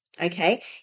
okay